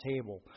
table